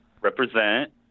represent